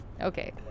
Okay